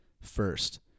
first